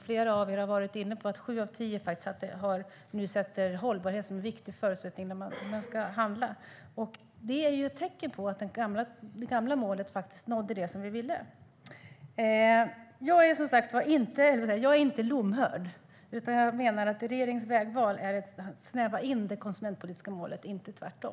Flera här har varit inne på att sju av tio ser hållbarhet som en viktig förutsättning när de ska handla. Det är ett tecken på att det gamla målet nådde det som vi ville nå. Jag är inte lomhörd. Men regeringens vägval snävar in det konsumentpolitiska målet, inte tvärtom.